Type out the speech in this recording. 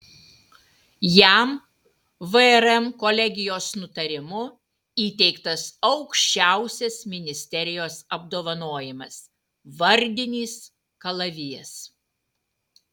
jam vrm kolegijos nutarimu įteiktas aukščiausias ministerijos apdovanojimas vardinis kalavijas